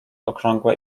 okrągłe